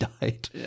died